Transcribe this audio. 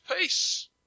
peace